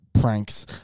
pranks